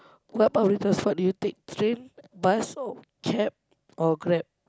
what public transport do you take train bus or cab or Grab